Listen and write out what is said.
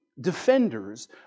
defenders